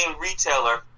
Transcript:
retailer